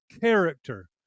character